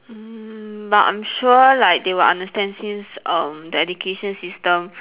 mm but I'm sure like they will understand since um the education system